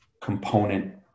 component